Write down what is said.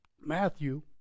Matthew